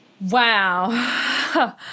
Wow